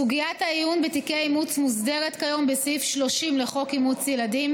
סוגיית העיון בתיקי אימוץ מוסדרת כיום בסעיף 30 לחוק אימוץ ילדים.